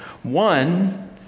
One